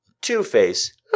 Two-Face